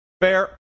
Fair